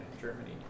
Germany